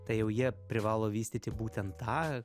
tai jau jie privalo vystyti būtent tą